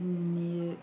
নিয়ে